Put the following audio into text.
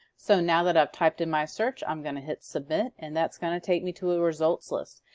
so now that i've typed in my search i'm gonna hit submit and that's going to take me to a results list.